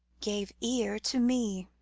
gave ear to me,